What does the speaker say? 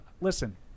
listen